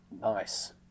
Nice